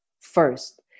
first